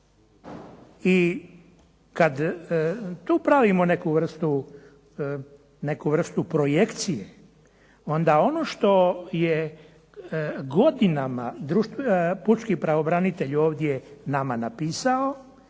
I kad tu pravimo neku vrstu projekcije, onda ono što je godinama pučki pravobranitelj ovdje nama napisao